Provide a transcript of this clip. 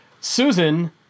Susan